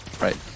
right